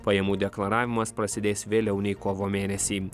pajamų deklaravimas prasidės vėliau nei kovo mėnesį